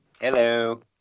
Hello